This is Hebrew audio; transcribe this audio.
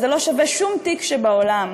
וזה לא שווה שום תיק שבעולם,